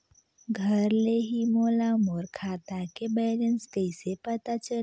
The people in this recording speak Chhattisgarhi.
घर ले ही मोला मोर खाता के बैलेंस कइसे पता चलही?